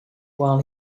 while